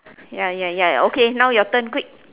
ya ya ya ya okay now your turn quick